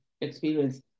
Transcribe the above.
experience